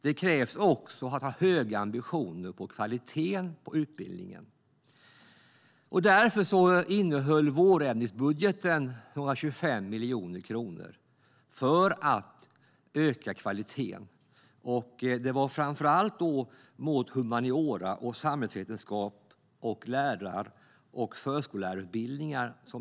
Det krävs också att man har höga ambitioner för utbildningarnas kvalitet. Därför innehöll vårändringsbudgeten 125 miljoner kronor för att öka kvaliteten. Satsningen tog framför allt sikte på humaniora och samhällsvetenskap samt lärar och förskollärarutbildningar.